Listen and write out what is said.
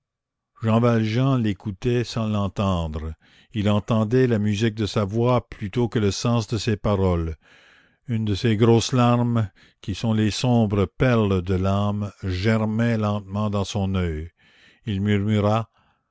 jean valjean l'écoutait sans l'entendre il entendait la musique de sa voix plutôt que le sens de ses paroles une de ces grosses larmes qui sont les sombres perles de l'âme germait lentement dans son oeil il murmura